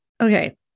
Okay